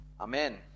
Amen